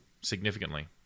significantly